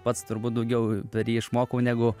pats turbūt daugiau per jį išmokau negu